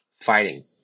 fighting